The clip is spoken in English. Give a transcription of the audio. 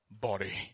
body